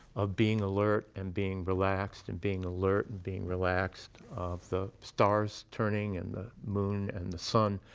of being alert, and being relaxed, and being alert, and being relaxed, of the stars turning, and the moon and the sun.